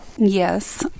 Yes